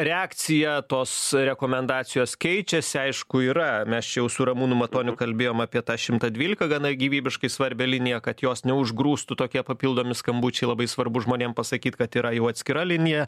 reakcija tos rekomendacijos keičiasi aišku yra mes čia jau su ramūnu matoniu kalbėjom apie tą šimtą dvylika gana gyvybiškai svarbią liniją kad jos neužgrūstų tokie papildomi skambučiai labai svarbu žmonėm pasakyt kad yra jau atskira linija